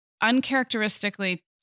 uncharacteristically